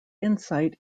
insight